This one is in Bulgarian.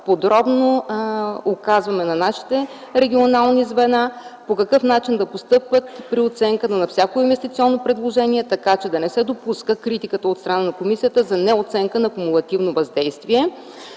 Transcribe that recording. подробно указваме на нашите регионални звена по какъв начин да постъпват при оценката на всяко инвестиционно предложение, така че да не се допуска критиката от страна на комисията за неоценка на кумулативно въздействие.